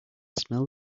smell